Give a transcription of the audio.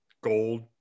gold